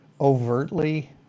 overtly